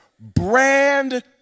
brand